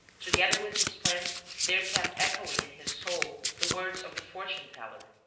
together with his plans there kept echoing in his soul the words of the fortune-teller.